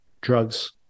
drugs